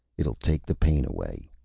it'll take the pain away,